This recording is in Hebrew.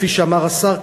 כפי שאמר השר,